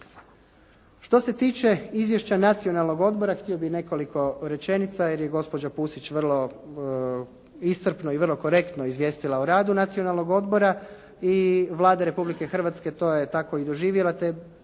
Što se tiče izvješća Nacionalnog odbora htio bih nekoliko rečenica jer je gospođa Pusić vrlo iscrpno i vrlo korektno izvijestila o radu Nacionalnog odbora i Vlada Republike Hrvatske to je tako i doživjela te bez